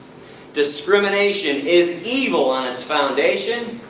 discrimination is evil on its foundation.